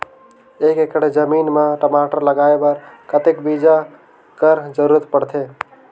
एक एकड़ जमीन म टमाटर लगाय बर कतेक बीजा कर जरूरत पड़थे?